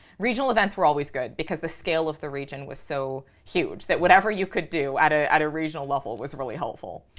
regional events were always good because the scale of the region was so huge that whatever you could do at ah a regional level was really helpful.